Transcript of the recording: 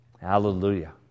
Hallelujah